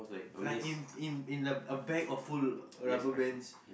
like in in in a a bag of full rubber bands